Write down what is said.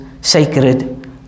sacred